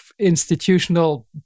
institutional